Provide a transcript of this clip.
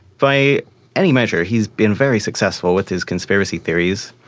by any measure he has been very successful with his conspiracy theories.